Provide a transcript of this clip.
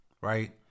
right